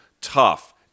tough